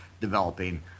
developing